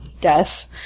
death